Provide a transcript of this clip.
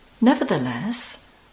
Nevertheless